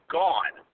gone